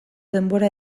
denbora